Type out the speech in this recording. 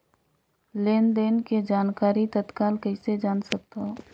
लेन देन के जानकारी तत्काल कइसे जान सकथव?